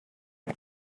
add